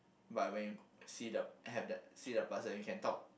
but when you see the have that see the person you can talk